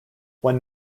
when